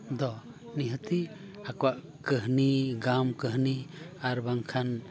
ᱫᱚ ᱱᱤᱦᱟᱹᱛᱤ ᱟᱠᱚᱣᱟᱜ ᱠᱟᱹᱦᱱᱤ ᱜᱟᱢ ᱠᱟᱹᱦᱱᱤ ᱟᱨ ᱵᱟᱝᱠᱷᱟᱱ